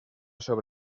sobre